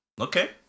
Okay